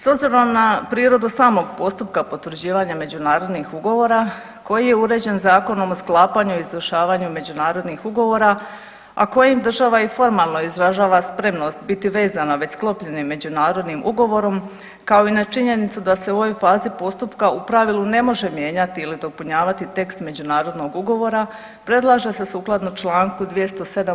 S obzirom na prirodu samog postupka potvrđivanja međunarodnih ugovora koji je uređen Zakon o sklapanju i izvršavanju međunarodnih ugovora, a kojim država i formalno izražava spremnost biti vezana već sklopljenim međunarodnim ugovorom, kao i na činjenicu da se u ovoj fazi postupka u pravilu ne može mijenjati ili dopunjavati tekst međunarodnog ugovora, predlaže se sukladno čl. 207.